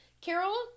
Carol